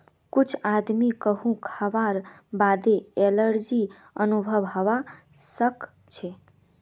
कुछ आदमीक कद्दू खावार बादे एलर्जी अनुभव हवा सक छे